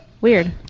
weird